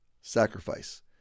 sacrifice